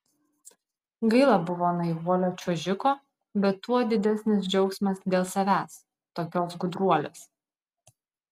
gaila buvo naivuolio čiuožiko bet tuo didesnis džiaugsmas dėl savęs tokios gudruolės